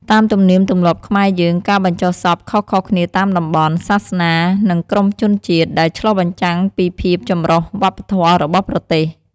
តាមទំនៀមទំលាប់ខ្មែរយើង ការបញ្ចុះសពខុសៗគ្នាតាមតំបន់ សាសនា និងក្រុមជនជាតិ ដែលឆ្លុះបញ្ចាំងពីភាពចម្រុះវប្បធម៌របស់ប្រទេស។